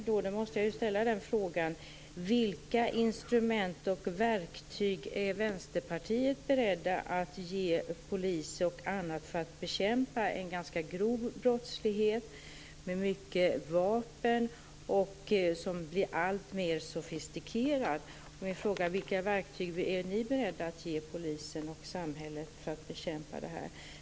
Då måste jag ställa frågan: Vilka instrument och verktyg är ni i Vänsterpartiet beredda att ge polisen och andra för att bekämpa en ganska grov brottslighet med mycket vapen som blir alltmer sofistikerad? Vilka verktyg är ni beredda att ge polisen och samhället för att bekämpa brottsligheten?